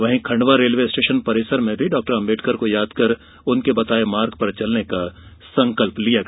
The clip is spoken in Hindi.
वहीं खंडवा रेलवे स्टेशन परिसर में भी डॉ अम्बेडकर को यादकर उनके बताये गये मार्ग पर चलने का संकल्प लिया गया